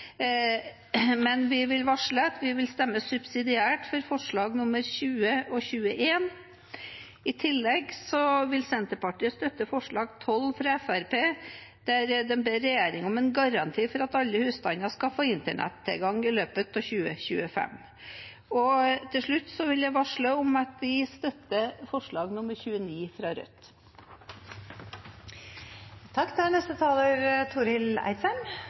men vi vil varsle at vi vil stemme subsidiært for forslagene nr. 20 og 21. I tillegg vil Senterpartiet støtte forslag nr. 12, fra Fremskrittspartiet, der de ber regjeringen om en garanti for at alle husstander skal få internettilgang i løpet av 2025. Jeg vil også varsle om at vi støtter forslag nr. 29, fra